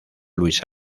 luis